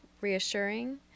reassuring